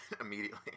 immediately